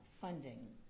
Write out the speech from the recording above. funding